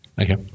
Okay